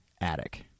attic